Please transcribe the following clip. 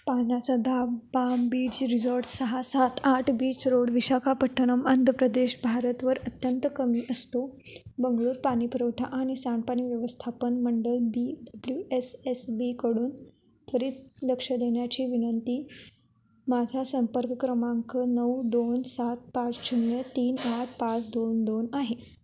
पाण्याचा दाब palm beach resort सहा सात आठ बीच रोड विशाखापट्टणम आंध्र प्रदेश भारतवर अत्यंत कमी असतो बंगळुरू पाणी पुरवठा आणि सांडपाणी व्यवस्थापन मंडळ बी डब्ल्यू एस एस बीकडून त्वरित लक्ष देण्याची विनंती माझा संपर्क क्रमांक नऊ दोन सात पाच शून्य तीन आठ पाच दोन दोन आहे